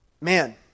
man